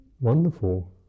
wonderful